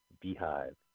Beehive